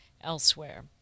elsewhere